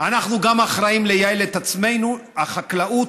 אנחנו גם אחראיים לייעל את עצמנו, החקלאות,